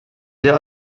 der